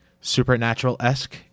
supernatural-esque